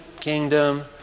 kingdom